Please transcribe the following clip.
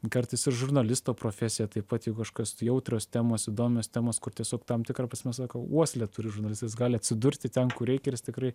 kartais ir žurnalisto profesija tai pat jeigu kažkokios jautrios temos įdomios temos kur tiesiog tam tikra prasme sako uoslę turi žurnalistas gali atsidurti ten kur reikia ir jis tikrai